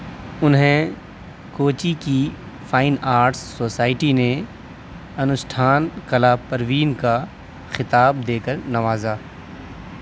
انہیں کوچی کی fine arts society نے انوشٹھان کلا پروین کا خطاب دے کر نوازا